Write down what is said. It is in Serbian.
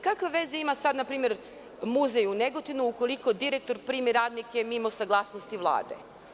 Kakve veze sada ima muzej u Negotinu ukoliko direktor primi radnike mimo saglasnosti Vlade?